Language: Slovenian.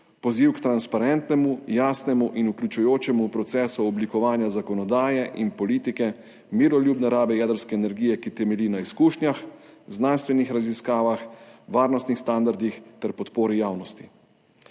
poziv k transparentnemu, jasnemu in vključujočemu procesu oblikovanja zakonodaje in politike miroljubne rabe jedrske energije, ki temelji na izkušnjah, znanstvenih raziskavah, varnostnih standardih ter podpori javnosti.